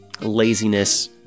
laziness